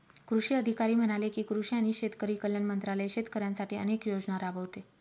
कृषी अधिकारी म्हणाले की, कृषी आणि शेतकरी कल्याण मंत्रालय शेतकऱ्यांसाठी अनेक योजना राबवते